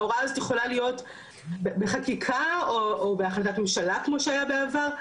ההוראה הזאת יכולה להיות בחקיקה או בהחלטת ממשלה כמו שהיה בעבר,